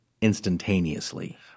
instantaneously